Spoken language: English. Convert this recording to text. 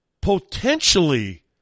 potentially